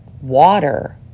water